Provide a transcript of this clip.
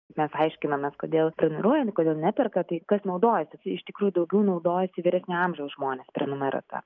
mes aiškinomės kodėl prenumeruoja kodėl neperka tai kas naudojasi iš tikrųjų daugiau naudojasi vyresnio amžiaus žmonės prenumerata